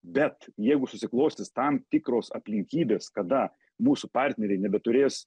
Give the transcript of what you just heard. bet jeigu susiklostys tam tikros aplinkybės kada mūsų partneriai nebeturės